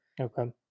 Okay